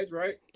right